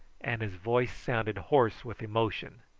and his voice sounded hoarse with emotion.